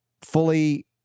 fully